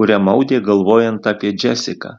kurią maudė galvojant apie džesiką